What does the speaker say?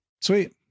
Sweet